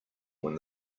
when